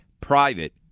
private